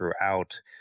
throughout